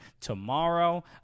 tomorrow